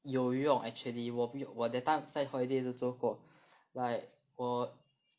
有用 actually 我我 that time 在 holiday 也是做过 like 我